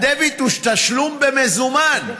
הדביט הוא תשלום במזומן,